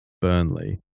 Burnley